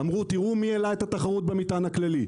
אמרו: תראו מי העלה את התחרות במטען בכללי.